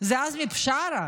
עזמי בשארה.